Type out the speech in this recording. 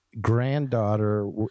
granddaughter